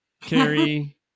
carrie